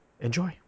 enjoy